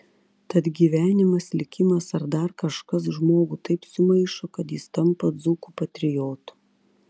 tad gyvenimas likimas ar dar kažkas žmogų taip sumaišo kad jis tampa dzūkų patriotu